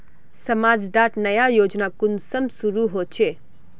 समाज डात नया योजना कुंसम शुरू होछै?